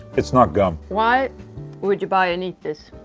it's not gum why would you buy and eat this?